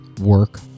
work